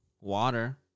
Water